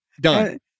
done